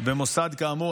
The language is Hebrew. במוסד כאמור,